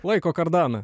laiko kardaną